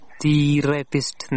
therapist